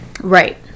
Right